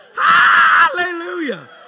Hallelujah